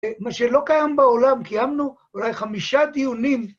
מה שלא קיים בעולם, קיימנו אולי חמישה דיונים...